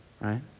Right